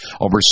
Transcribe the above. over